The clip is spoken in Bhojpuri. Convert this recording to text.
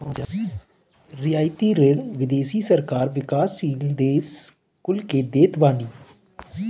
रियायती ऋण विदेशी सरकार विकासशील देस कुल के देत बानी